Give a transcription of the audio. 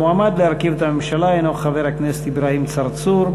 המועמד להרכיב את הממשלה הוא חבר הכנסת אברהים צרצור.